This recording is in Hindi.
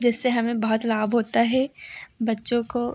जिससे हमें बहुत लाभ होता हे बच्चों को